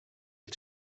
wyt